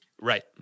right